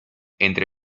entre